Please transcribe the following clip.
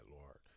Lord